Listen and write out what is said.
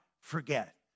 forget